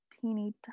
teeny